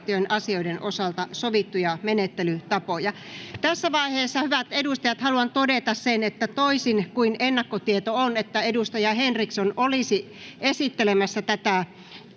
asioiden osalta sovittuja menettelytapoja. Hyvät edustajat! Tässä vaiheessa haluan todeta, että vaikka ennakkotietojen mukaan edustaja Henriksson olisi esittelemässä tätä